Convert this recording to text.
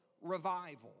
revival